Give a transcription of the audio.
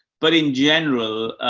but in general,